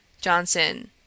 Johnson